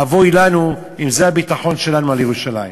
אבוי לנו אם זה הביטחון שלנו בירושלים.